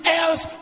else